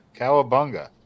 Cowabunga